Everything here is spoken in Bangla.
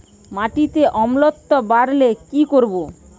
মাটিতে অম্লত্ব বাড়লে কি করব?